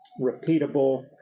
repeatable